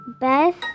best